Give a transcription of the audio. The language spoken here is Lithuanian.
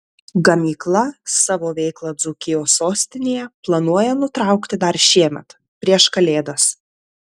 gamykla savo veiklą dzūkijos sostinėje planuoja nutraukti dar šiemet prieš kalėdas